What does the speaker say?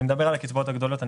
אני מדבר על הקצבאות הגדולות,